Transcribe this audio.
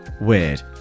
weird